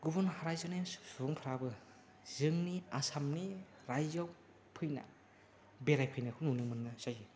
गुबुन रायजोनि सुबुंफ्राबो जोंनि आसामनि रायजोआव फैना बेराय फैनायखौ नुनो मोननाय जायो